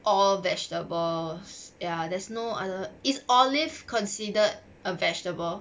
all vegetables ya there's no other is olive considered a vegetable